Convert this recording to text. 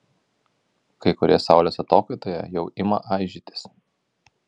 kai kurie saulės atokaitoje jau ima aižytis